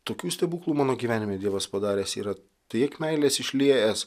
tokių stebuklų mano gyvenime dievas padaręs yra tiek meilės išliejęs